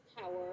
power